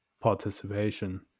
participation